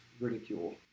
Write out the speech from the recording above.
ridicule